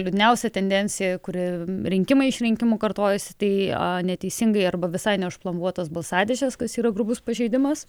liūdniausia tendencija kuri rinkimai iš rinkimų kartojasi tai neteisingai arba visai neužplombuotas balsadėžes kas yra grubus pažeidimas